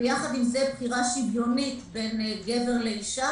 יחד עם זה בחירה שוויונית בין גבר לאשה.